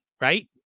right